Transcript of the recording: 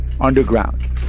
underground